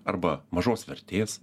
arba mažos vertės